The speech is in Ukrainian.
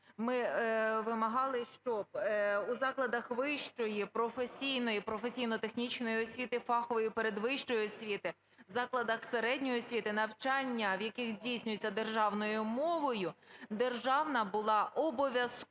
ми вимагали, щоб у закладах вищої професійної, професійно-технічної освіти, фахової передвищої освіти, закладах середньої освіти, навчання в яких здійснюється державною мовою, державна була обов'язковою